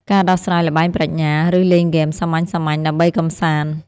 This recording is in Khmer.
ការដោះស្រាយល្បែងប្រាជ្ញា ឬលេងហ្គេមសាមញ្ញៗដើម្បីកម្សាន្ត។